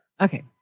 Okay